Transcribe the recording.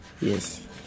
Yes